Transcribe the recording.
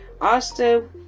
Asta